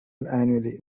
annually